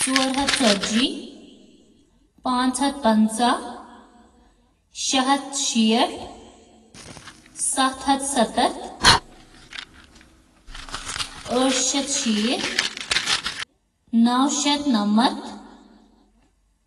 ژور ہتھ ژوٗرِم، پانٛژ ہتھ پنٛژاہ، شیٚہ ہتھ شیٹھ، سَتھ ہتھ ستتھ ، ٲٹھ ہتھ ٲٹھ، نَو ہتھ نَمتھ ۔